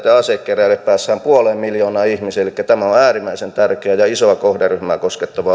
ja asekeräilijät päästään puoleen miljoonaan ihmiseen elikkä tämä on on äärimmäisen tärkeä ja isoa kohderyhmää koskettava